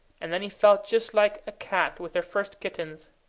and then he felt just like a cat with her first kittens,